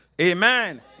Amen